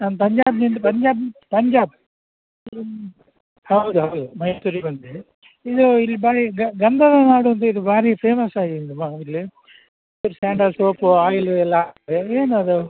ನಾನು ಪಂಜಾಬಿನಿಂದ ಪಂಜಾಬ್ ಪಂಜಾಬ್ ಹೌದು ಹೌದು ಮೈಸೂರಿಗೆ ಬಂದೆ ಇದು ಇಲ್ಲಿ ಭಾರಿ ಗಂಧ ಮಾಡೋದು ಇದು ಭಾರಿ ಫೇಮಸ್ ಆಗಿದೆ ಭಾರಿ ಇಲ್ಲಿ ಸ್ಯಾಂಡಲ್ ಸೋಪು ಆಯಿಲು ಎಲ್ಲ ಏನದು